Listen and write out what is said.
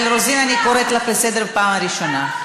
אה,